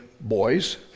boys